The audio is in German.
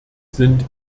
sind